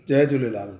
Jay Jhulelal